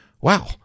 wow